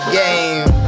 game